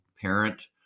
parent